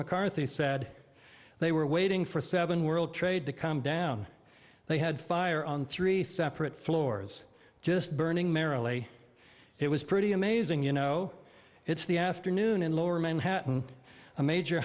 mccarthy said they were waiting for seven world trade to come down they had fire on three separate floors just burning merrily it was pretty amazing you know it's the afternoon in lower manhattan a major